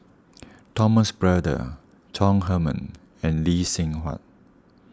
Thomas Braddell Chong Heman and Lee Seng Huat